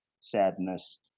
sadness